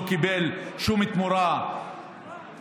לא קיבל שום תמורה מהמדינה.